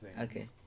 Okay